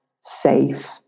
safe